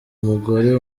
umugore